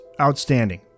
outstanding